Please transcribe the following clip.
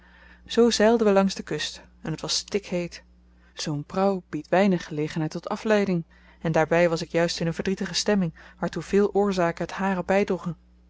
zoo zeilden we langs de kust en t was stikheet zoo'n prauw biedt weinig gelegenheid tot afleiding en daarby was ik juist in een verdrietige stemming waartoe veel oorzaken het hare